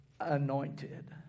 anointed